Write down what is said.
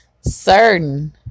certain